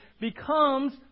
becomes